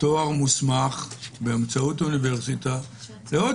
תואר מוסמך באמצעות אוניברסיטה לעוד